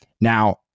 Now